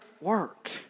work